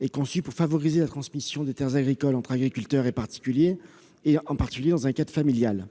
Elle est conçue pour favoriser la transmission des terres agricoles entre agriculteurs et particuliers, notamment dans un cadre familial.